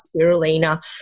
spirulina